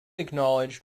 acknowledged